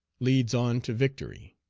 leads on to victory.